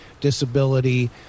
disability